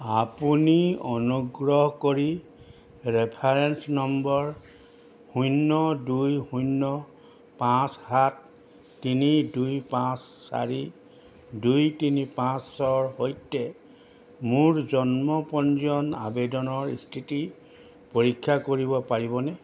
আপুনি অনুগ্ৰহ কৰি ৰেফাৰেন্স নম্বৰ শূন্য দুই শূন্য পাঁচ সাত তিনি দুই পাঁচ চাৰি দুই তিনি পাঁচৰ সৈতে মোৰ জন্ম পঞ্জীয়ন আবেদনৰ স্থিতি পৰীক্ষা কৰিব পাৰিবনে